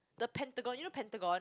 the Pentagon you know Pentagon